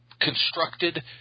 constructed